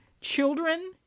children